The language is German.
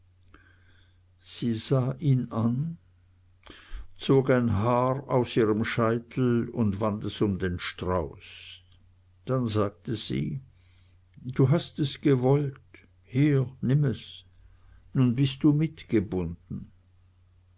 sie sah ihn an zog ein haar aus ihrem scheitel und wand es um den strauß dann sagte sie du hast es gewollt hier nimm es nun bist du gebunden